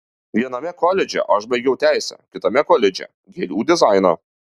viename koledže aš baigiau teisę kitame koledže gėlių dizainą